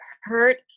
hurt